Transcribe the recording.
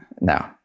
No